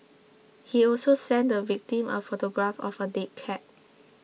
he also sent the victim a photograph of a dead cat